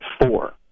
four